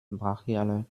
brachialer